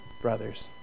brothers